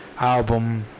Album